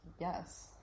yes